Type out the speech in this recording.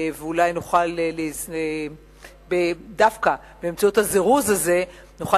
ואולי דווקא באמצעות הזירוז הזה נוכל